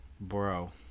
Bro